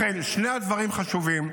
לכן, שני הדברים חשובים,